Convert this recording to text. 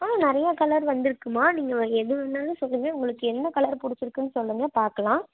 ஆ நிறையா கலர் வந்துருக்குமா நீங்கள் எது வேணாலும் சொல்லுங்கள் உங்களுக்கு என்ன கலர் பிடிச்சிருக்குன்னு சொல்லுங்கள் பார்க்கலாம்